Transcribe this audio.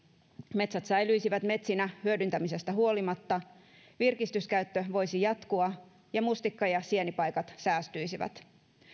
metsät säilyisivät metsinä hyödyntämisestä huolimatta virkistyskäyttö voisi jatkua ja mustikka ja sienipaikat säästyisivät